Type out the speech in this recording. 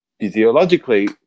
physiologically